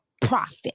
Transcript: profit